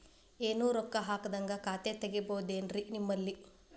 ಏನು ರೊಕ್ಕ ಹಾಕದ್ಹಂಗ ಖಾತೆ ತೆಗೇಬಹುದೇನ್ರಿ ನಿಮ್ಮಲ್ಲಿ?